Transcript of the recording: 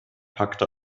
packte